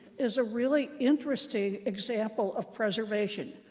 is a really interesting example of preservation.